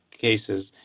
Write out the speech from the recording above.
cases